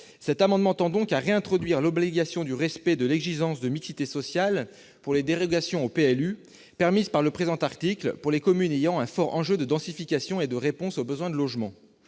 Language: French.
Cet amendement vise donc à réintroduire l'obligation du respect de l'exigence de mixité sociale pour les dérogations au PLU, permise par le présent article, pour les communes ayant un fort enjeu de densification, et de réponse aux besoins de logement.